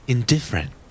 Indifferent